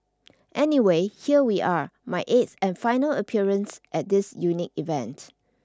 anyway here we are my eighth and final appearance at this unique event